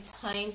time